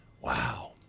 Wow